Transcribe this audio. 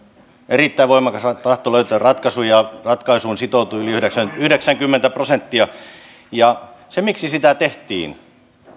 erittäin voimakas tahto löytää ratkaisuja ratkaisuun sitoutui yli yhdeksänkymmentä prosenttia se miksi sitä tehtiin se